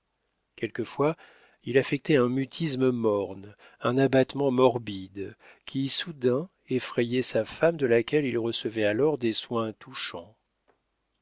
quelquefois il affectait un mutisme morne un abattement morbide qui soudain effrayait sa femme de laquelle il recevait alors des soins touchants